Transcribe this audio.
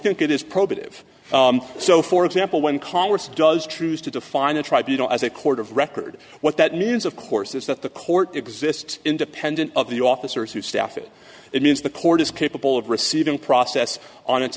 think it is probative so for example when congress does choose to define a tribe you don't as a court of record what that means of course is that the court exists independent of the officers who staff it it means the court is capable of receiving process on its